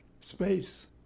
space